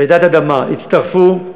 רעידת אדמה, הצטרפו,